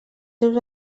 seus